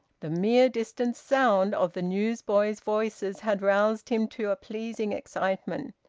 the mere distant sound of the newsboys' voices had roused him to a pleasing excitement.